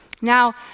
Now